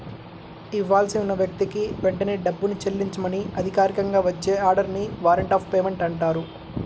ఇవ్వాల్సి ఉన్న వ్యక్తికి వెంటనే డబ్బుని చెల్లించమని అధికారికంగా వచ్చే ఆర్డర్ ని వారెంట్ ఆఫ్ పేమెంట్ అంటారు